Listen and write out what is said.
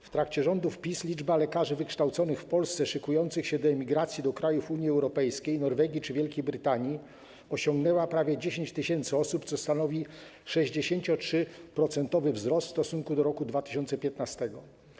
W trakcie rządów PiS liczba lekarzy wykształconych w Polsce, szykujących się do emigracji do krajów Unii Europejskiej, Norwegii czy Wielkiej Brytanii osiągnęła prawie 10 tys., co stanowi 63-procentowy wzrost w stosunku do roku 2015.